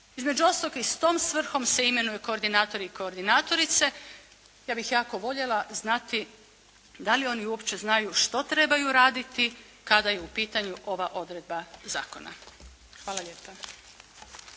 Između ostalog i s tom svrhom se imenuju koordinatori i koordinatorice. Ja bih jako voljela znati da li oni uopće znaju što trebaju raditi kada je u pitanju ova odredba zakona. Hvala lijepa.